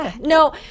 No